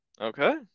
Okay